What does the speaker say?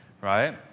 right